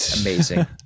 Amazing